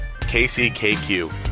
KCKQ